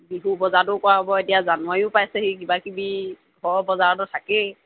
বিহু বজাৰতো কৰা হ'ব এতিয়া জানুৱাৰীও পাইছেহি কিবা কিবি ঘৰৰ বজাৰতো থাকেই